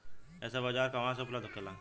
यह सब औजार कहवा से उपलब्ध होखेला?